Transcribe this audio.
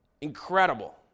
Incredible